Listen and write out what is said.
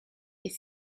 est